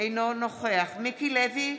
אינו נוכח מיקי לוי,